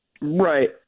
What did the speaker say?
Right